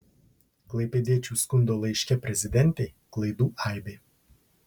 klaipėdiečių skundo laiške prezidentei klaidų aibė